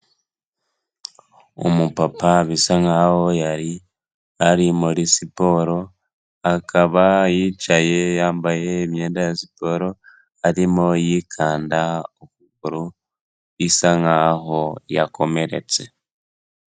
Umupapa bisa nkaho yari ari muri siporo, akaba yicaye yambaye imyenda ya siporo, arimo yikanda ukuguru, bisa nkaho yakomeretse.